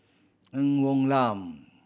Ng Woon Lam